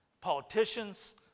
politicians